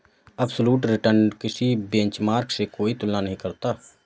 absolute return किसी benchmark से कोई तुलना नहीं करता